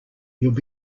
you’ll